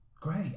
great